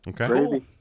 Okay